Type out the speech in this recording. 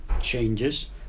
changes